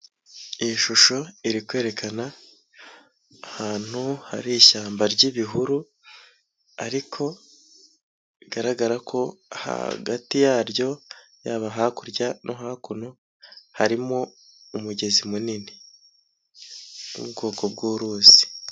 Iyi shusho iri kwerekana ahantu hari ishyamba ry'ibihuru ariko bigaragara ko hagati yaryo yaba hakurya no hakuno harimo umugezi munini n'ubwoko bw'uruzi.